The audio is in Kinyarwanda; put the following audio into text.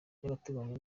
by’agateganyo